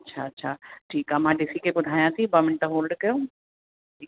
अच्छा अच्छा ठीकु आहे मां ॾिसी करे ॿुधायां थी ॿ मिन्ट होल्ड कयो